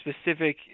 specific –